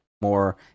more